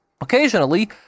Occasionally